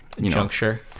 juncture